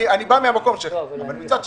מצד שני,